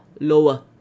lower